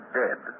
dead